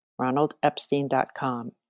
ronaldepstein.com